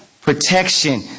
protection